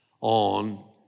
on